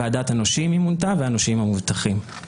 ועדת הנושים אם מונתה והנושים המובטחים".